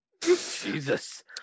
Jesus